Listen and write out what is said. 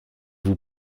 vous